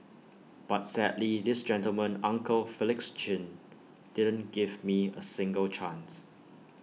but sadly this gentleman uncle Felix chin didn't give me A single chance